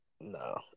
no